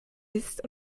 ist